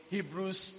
Hebrews